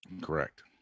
Correct